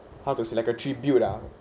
how to say like a tribute lah